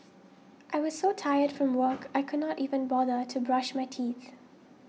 I was so tired from work I could not even bother to brush my teeth